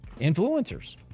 influencers